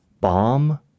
bomb